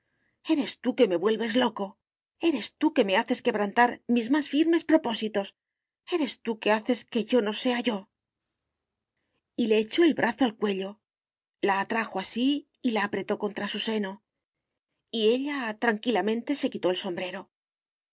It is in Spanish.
eres tú que me vuelves loco eres tú que me haces quebrantar mis más firmes propósitos eres tú que haces que yo no sea yo y le echó el brazo al cuello la atrajo a sí y la apretó contra su seno y ella tranquilamente se quitó el sombrero